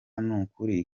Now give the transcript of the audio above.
nukuri